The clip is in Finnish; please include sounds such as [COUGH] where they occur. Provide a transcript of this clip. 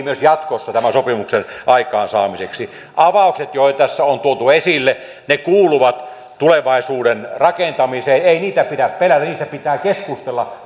[UNINTELLIGIBLE] myös jatkossa tämän sopimuksen aikaansaamiseksi avaukset joita tässä on tuotu esille kuuluvat tulevaisuuden rakentamiseen ei niitä pidä pelätä niistä pitää keskustella [UNINTELLIGIBLE]